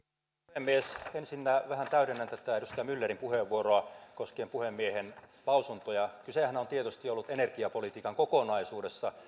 puhemies ensinnä vähän täydennän tätä edustaja myllerin puheenvuoroa koskien puhemiehen lausuntoja kysehän on tietysti ollut energiapolitiikan kokonaisuudesta